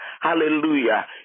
hallelujah